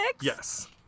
Yes